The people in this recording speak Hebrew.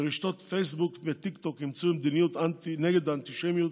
ורשתות פייסבוק וטיקטוק אימצו מדיניות נגד אנטישמיות,